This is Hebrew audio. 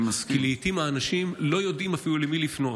כי לעיתים האנשים לא יודעים אפילו למי לפנות,